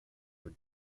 were